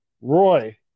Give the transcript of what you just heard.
roy